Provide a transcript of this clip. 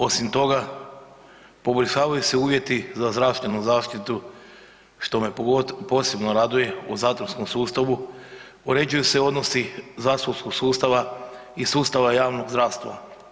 Osim toga poboljšavaju se uvjeti za zdravstvenu zaštitu što me posebno raduje u zatvorskom sustavu, uređuju se odnosi zatvorskog sustava i sustava javnog zdravstva.